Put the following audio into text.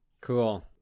Cool